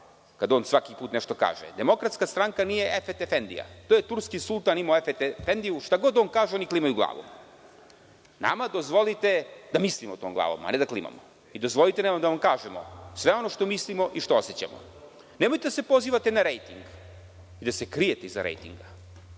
kad on svaki put nešto kaže, Demokratska stranka nije Efet efendija. To je turski sultan imao Efet efendiju, šta god on kaže, oni klimaju glavom. Nama dozvolite da mislimo tom glavom, a ne da klimamo. Dozvolite nam da vam kažemo sve ono što mislimo i što osećamo. Nemojte da se pozivate na rejting, da se krijete iza rejtinga.